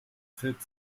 fällt